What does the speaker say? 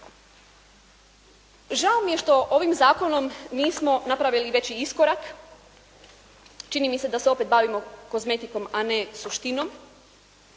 Žao mi je što ovim zakonom nismo napravili veći iskorak. Čini mi se da se opet bavimo kozmetikom, a ne suštinom